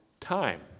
Time